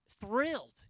thrilled